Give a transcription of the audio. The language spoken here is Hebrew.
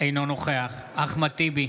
אינו נוכח אחמד טיבי,